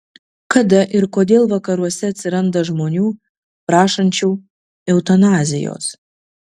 kada ir kodėl vakaruose atsiranda žmonių prašančių eutanazijos